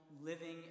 living